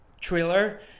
trailer